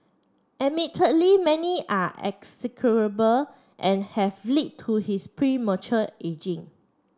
admittedly many are execrable and have led to his premature ageing